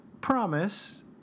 promise